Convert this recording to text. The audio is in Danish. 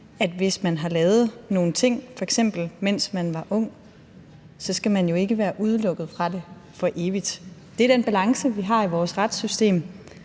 man, hvis man f.eks. har lavet nogle ting, mens man var ung, ikke skal være udelukket fra det for evigt. Det er den balance, vi har i vores retssystem,